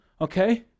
okay